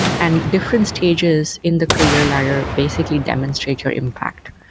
and different stages in the career ladder basically demonstrates your impact.